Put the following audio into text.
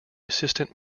assistant